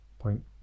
point